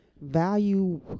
value